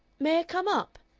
may i come up?